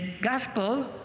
gospel